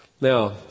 Now